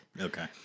Okay